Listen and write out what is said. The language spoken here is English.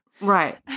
Right